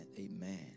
Amen